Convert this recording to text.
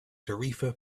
tarifa